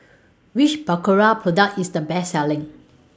Which Berocca Product IS The Best Selling